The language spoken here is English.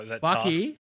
Bucky